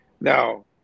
now